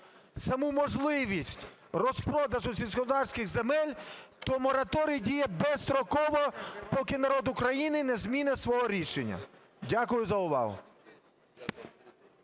саму можливість розпродажу сільськогосподарських земель, то мораторій діє безстроково, поки народ України не змінить свого рішення. Дякую за увагу.